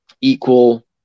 equal